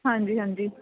ਹਾਂਜੀ ਹਾਂਜੀ